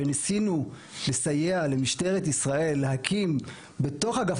שניסינו לסייע למשטרת ישראל להקים בתוך אגף